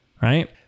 right